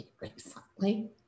recently